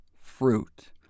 fruit